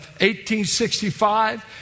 1865